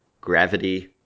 gravity